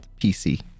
PC